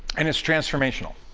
and it's transformational.